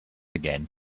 again